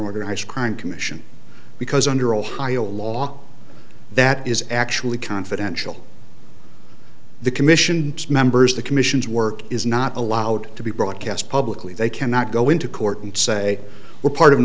organized crime commission because under ohio law that is actually confidential the commission members the commission's work is not allowed to be broadcast publicly they cannot go into court and say we're part of an